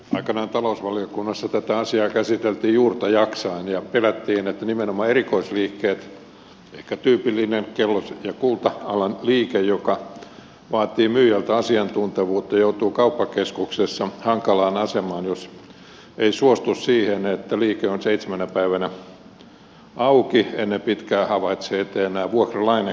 aikanaan talousvaliokunnassa tätä asiaa käsiteltiin juurta jaksaen ja pelättiin että nimenomaan erikoisliikkeet ehkä tyypillisesti kello ja kulta alan liike joka vaatii myyjältä asiantuntevuutta joutuvat kauppakeskuksessa hankalaan asemaan jos eivät suostu siihen että liike on seitsemänä päivänä auki ja ennen pitkää havaitsevat etteivät ole enää vuokralaisenakaan kauppakeskuksessa